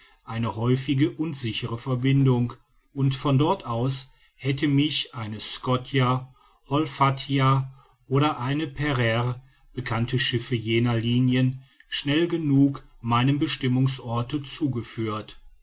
eine häufige und sichere verbindung und von dort aus hätte mich eine scotia holfatia oder ein pereire bekannte schiffe jener linien schnell genug meinem bestimmungsorte zugeführt